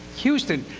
houston,